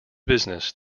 business